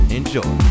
Enjoy